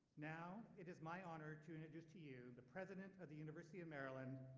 now it is my honor to introduce to you the president of the university of maryland,